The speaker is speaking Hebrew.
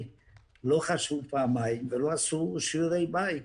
לא חשבו פעמיים ולא עשו שיעורי בית.